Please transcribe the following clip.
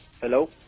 Hello